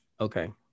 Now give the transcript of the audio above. Okay